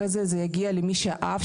אני מבין את המשקעים של העבר,